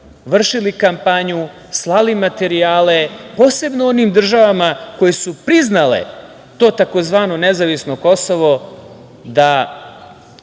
vršili kampanju, slali materijale, posebno onim državama koje su priznale to tzv. nezavisno Kosovo, da